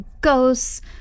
ghosts